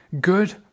good